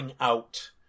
out